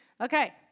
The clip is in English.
Okay